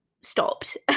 stopped